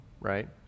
right